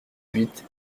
huit